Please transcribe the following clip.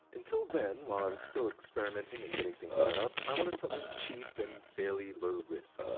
until then, while i was still experimenting and getting things set up, i wanted something cheap and fairly low risk.